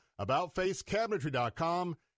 AboutFaceCabinetry.com